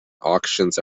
auctions